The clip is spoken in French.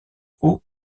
eau